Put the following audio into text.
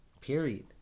period